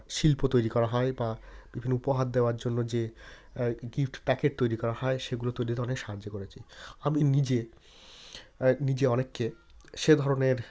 শিল্প তৈরি করা বা বিভিন্ন উপহার দেওয়ার জন্য যে গিফট প্যাকেট তৈরি করা হয় সেগুলো তৈরিতে অনেক সাহায্য করেছি আমি নিজে নিজে অনেককে সে ধরনের